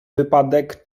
wypadek